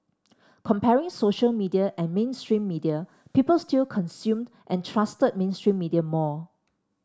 comparing social media and mainstream media people still consumed and trusted mainstream media more